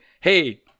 hey